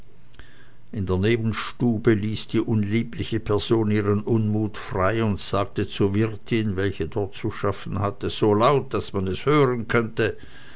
in der nebenstube ließ die unliebliche person ihren unmut frei und sagte zur wirtin welche dort zu schaffen hatte so laut daß man es hören konnte